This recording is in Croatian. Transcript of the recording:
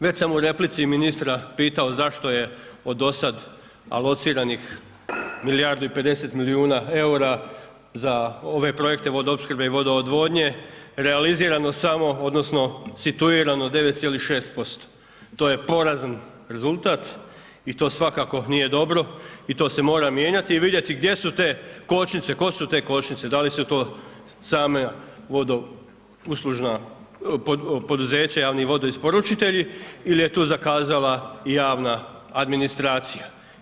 Već sam u replici ministra pitao zašto je od dosad alociranih milijardu i pedeset milijuna EUR-a za ove projekte vodoopskrbe i vodoodvodnje realizirano samo odnosno situirano 9,6% to je porazan rezultat i to svakako nije dobro i to se mora mijenjati i vidjeti gdje su te kočnice, ko su te kočnice, da li su to sama vodouslužna poduzeća, javni vodoisporučitelji ili je tu zakazala i javna administracija.